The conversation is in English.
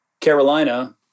Carolina